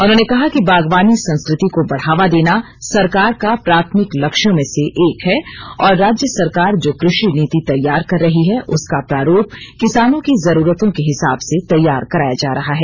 उन्होंने कहा कि बागवानी संस्कृति को बढ़ावा देना सरकार का प्राथमिक लक्ष्यों में से एक है और राज्य सरकार जो कृषि नीति तैयार कर रही है उसका प्रारूप किसानों की जरूरतों के हिसाब से तैयार कराया जा रहा है